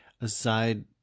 aside